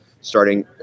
starting